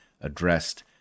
addressed